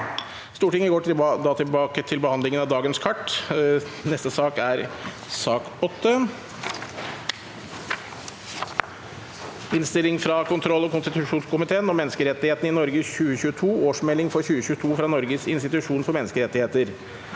Stortinget går da tilbake til behandlingen av dagens kart. Sak nr. 8 Innstilling fra kontroll- og konstitusjonskomiteen om Menneskerettighetene i Norge 2022 (Årsmelding for 2022 fra Norges institusjon for menneskerettigheter)